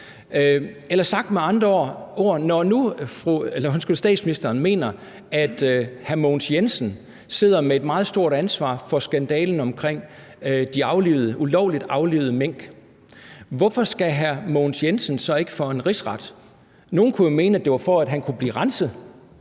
Eller sagt med andre ord: Når nu statsministeren mener, at hr. Mogens Jensen sidder med et meget stort ansvar for skandalen omkring de ulovligt aflivede mink, hvorfor skal hr. Mogens Jensen så ikke for en rigsret? Nogle kunne jo mene, at det kunne være for, at han blev renset.